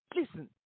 listen